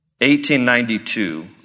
1892